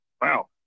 wow